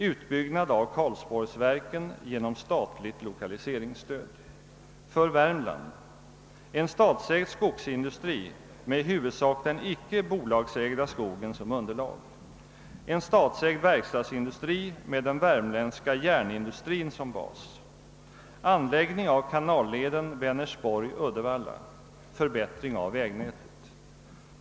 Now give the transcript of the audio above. Utbyggnad av Karlsborgsverken genom statligt lokaliseringsstöd. För Värmland: En statsägd skogsindustri med i huvudsak den icke bolagsägda skogen som underlag. En statsägd verkstadsindustri med den värmländska järnindustrin som bas. Anläggning av kanalled Vänersborg—Uddevalla. Förbättring av vägnätet.